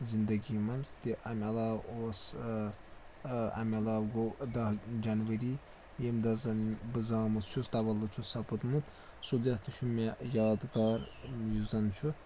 زِندگی منٛز تہِ امہِ علاوٕ اوس امہِ علاوٕ گوٚو دَہ جَنؤری ییٚمہِ دۄہ زَن بہٕ زامٕت چھُس تولُد چھُ سپُدمُت سُہ دہ تہِ چھُ مےٚ یادگار یُس زَن چھُ